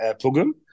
program